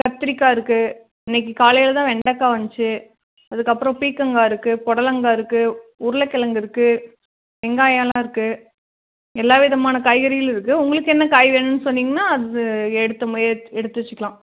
கத்திரிக்காய் இருக்குது இன்றைக்கி காலையில் தான் வெண்டக்காய் வந்துச்சு அதுக்கப்புறம் பீர்க்கங்காய் இருக்கு பொடலங்காய் இருக்குது உருளைக் கெழங்கு இருக்குது வெங்காயமெலாம் இருக்குது எல்லா விதமான காய்கறிகளும் இருக்குது உங்களுக்கு என்ன காய் வேணும்னு சொன்னிங்கனால் அது எடுத்து மு எடுத்து எடுத்து வச்சுக்கலாம்